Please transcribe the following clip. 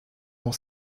dans